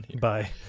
bye